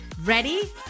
Ready